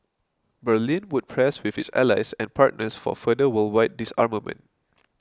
Berlin would press with its allies and partners for further worldwide disarmament